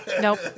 nope